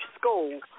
school